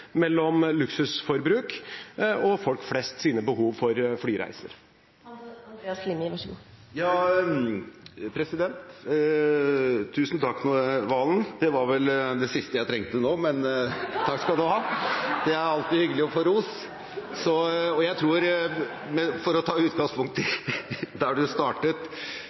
mellom luksusforbruk og folk flest sine behov for flyreiser. Tusen takk til Valen! Det var vel det siste jeg trengte nå –– men takk, det er alltid hyggelig å få ros! For å ta utgangspunkt i der representanten Valen startet: